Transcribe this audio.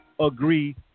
agree